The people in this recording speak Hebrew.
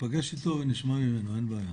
ניפגש איתו ונשמע ממנו, אין בעיה.